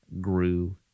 grew